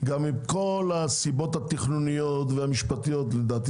גם עם כל הסיבות התכנוניות והמשפטיות לדעתי